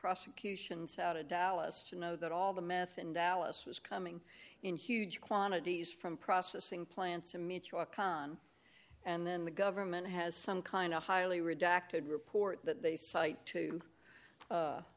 prosecutions out of dallas to know that all the meth in dallas was coming in huge quantities from processing plants to me to a con and then the government has some kind of highly redacted report that they cite too